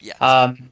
Yes